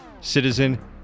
Citizen